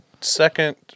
second